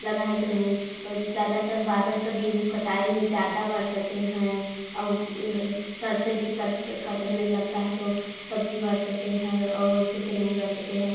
लगा है तो नहीं ज़्यादातर बादल तो गेहूँ के कटाई मे ज़्यादा बरसते हैं और सरसों भी कट कटने लगता है तो तब भी बरसते हैं और वैसे पर नहीं बरसते हैं